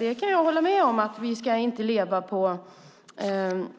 Jag kan hålla med om att man inte ska leva på